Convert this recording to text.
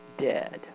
dead